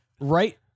Right